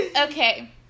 Okay